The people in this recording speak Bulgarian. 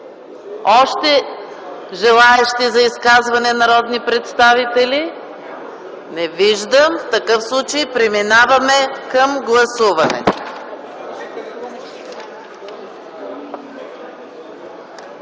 още желаещи за изказвания народни представители? Не виждам. В такъв случай преминаваме към гласуване.